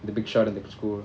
the big shot at the school